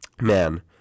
Man